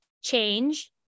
Change